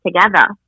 together